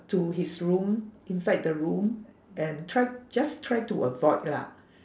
to his room inside the room and try just try to avoid lah